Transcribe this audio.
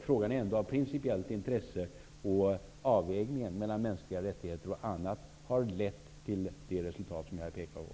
Frågan är ändå av principiellt intresse, och avvägningen mellan mänskliga rättigheter och annat har lett till det resultat som jag här har pekat på.